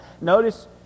Notice